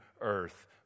earth